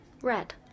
Red